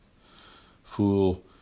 Fool